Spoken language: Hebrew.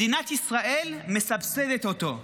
מדינת ישראל מסבסדת אותו.